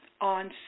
on